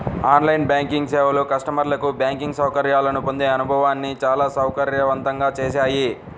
on line banking సేవలు కస్టమర్లకు banking సౌకర్యాలను పొందే అనుభవాన్ని చాలా సౌకర్యవంతంగా చేశాయి